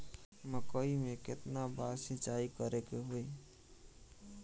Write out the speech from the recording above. मकई में केतना बार सिंचाई करे के होई?